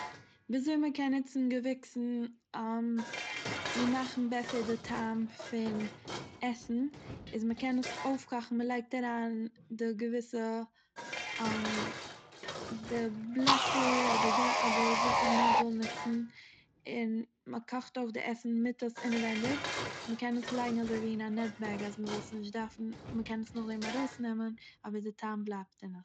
ווי אזוי מ'קען נוצן געוואוקסן צו מאכן בעסער די טעם פון עסן איז מ'קען עס אויפקאכן מ'לייגט אריין די געוויסע די בלעטער אדער וואס מ'וויל נוצן, און מ'קאכט אויף די עסן מיט עס אינעווענדיג, מ'קען עס לייגן אזוי ווי אין א נעט בעג אז מ'זאל עס נישט דארפן- מ'קען עס נאכדעם ארויסנעמען אבער די טעם בלייבט אין עס.